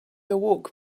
awoke